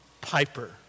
Piper